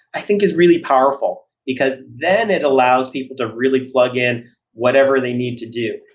i think is really powerful, because then it allows people to really plug in whatever they need to do.